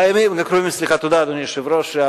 תודה, אדוני היושב-ראש.